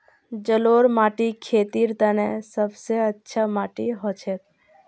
जलौढ़ माटी खेतीर तने सब स अच्छा माटी हछेक